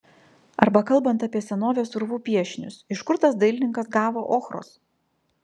arba kalbant apie senovės urvų piešinius iš kur tas dailininkas gavo ochros